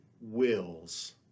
wills